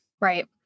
Right